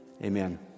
Amen